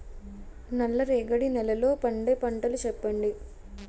నల్ల రేగడి నెలలో పండే పంటలు చెప్పండి?